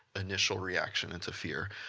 initial reaction into fear.